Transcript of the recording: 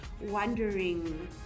wondering